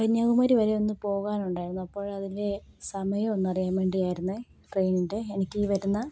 കന്യാകുമാരി വരെ ഒന്ന് പോകാനുണ്ടായിരുന്നു അപ്പോൾ അതിൻ്റെ സമയം ഒന്ന് അറിയാൻ വേണ്ടി ആയിരുന്നു ട്രെയിനിൻ്റെ എനിക്ക് ഈ വരുന്ന